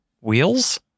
Wheels